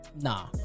Nah